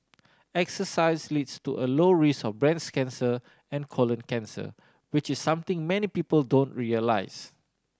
exercise leads to a low risk of breast cancer and colon cancer which is something many people don't realise